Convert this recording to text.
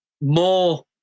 more –